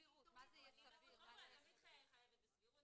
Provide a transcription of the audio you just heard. --- את תמיד מחויבת בסבירות,